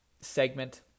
segment